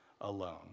alone